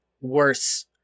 worse